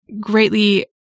greatly